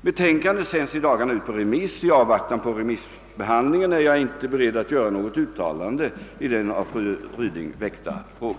Betänkandet sänds i dagarna ut på remiss. I avvaktan på remissbehandlingen är jag inte beredd att göra något uttalande i den av fru Ryding väckta frågan.